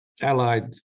Allied